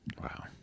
wow